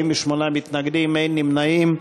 48 מתנגדים, אין נמנעים.